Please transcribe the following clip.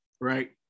right